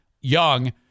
young